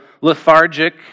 lethargic